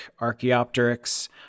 Archaeopteryx